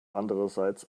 andererseits